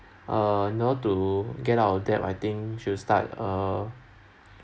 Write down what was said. uh know to get out of debt I think should start uh